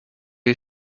you